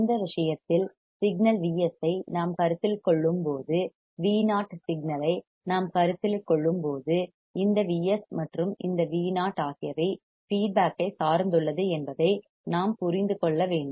இந்த விஷயத்தில் signal Vs ஐ நாம் கருத்தில் கொள்ளும்போது Vo சிக்னல் ஐ நாம் கருத்தில் கொள்ளும்போது இந்த Vs மற்றும் இந்த Vo ஆகியவை ஃபீட்பேக் ஐ சார்ந்துள்ளது என்பதை நாம் புரிந்து கொள்ள வேண்டும்